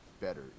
better